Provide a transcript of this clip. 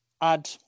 add